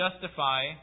justify